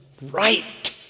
right